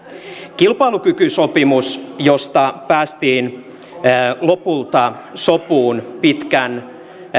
kilpailukykysopimus josta päästiin lopulta sopuun pitkän